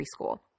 preschool